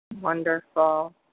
Wonderful